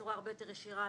בצורה הרבה יותר ישירה,